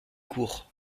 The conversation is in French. court